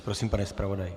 Prosím, pane zpravodaji.